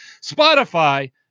Spotify